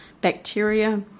bacteria